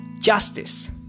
justice